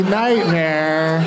nightmare